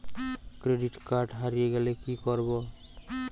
Credit card হারিয়ে গেলে কি করব?